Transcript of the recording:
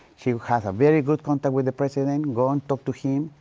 she has a very good contact with the president, go and talk to him,